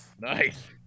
Nice